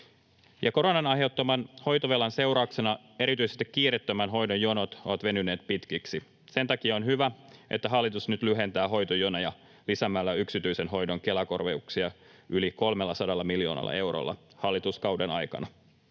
Koronan aiheuttaman hoitovelan seurauksena erityisesti kiireettömän hoidon jonot ovat venyneet pitkiksi. Sen takia on hyvä, että hallitus nyt lyhentää hoitojonoja lisäämällä yksityisen hoidon Kela-korvauksia yli 300 miljoonalla eurolla hallituskauden aikana.